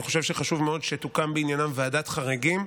אני חושב שחשוב מאוד שתוקם בעניינם ועדת חריגים,